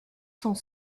sont